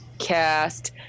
Cast